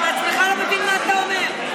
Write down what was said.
אתה בעצמך לא מבין מה אתה אומר.